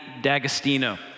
D'Agostino